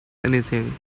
anything